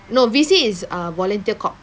no V_C is err volunteer corp